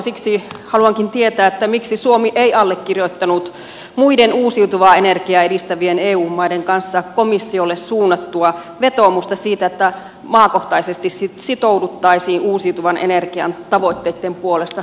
siksi haluankin tietää miksi suomi ei allekirjoittanut muiden uusiutuvaa energiaa edistävien eu maiden kanssa komissiolle suunnattua vetoomusta siitä että maakohtaisesti sitouduttaisiin uusiutuvan energian tavoitteitten puolesta